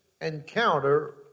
encounter